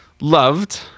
loved